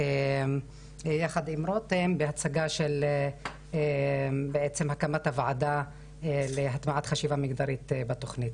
יחד עם רותם בהצגה של הקמת הוועדה להטמעת חשיבה מגדרית בתוכנית.